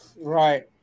Right